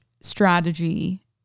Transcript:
strategy